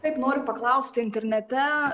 taip noriu paklausti internete